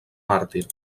màrtir